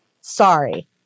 sorry